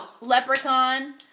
Leprechaun